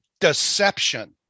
Deception